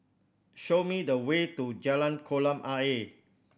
show me the way to Jalan Kolam Ayer